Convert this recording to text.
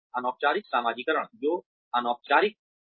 अनौपचारिक समाजीकरण जो अनौपचारिक है